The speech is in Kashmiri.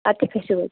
اَدٕ کیٛاہ کھسِو حظ